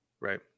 Right